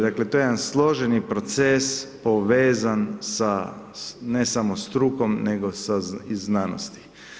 Dakle to je jedan složeni proces povezan sa, ne samo strukom nego i znanosti.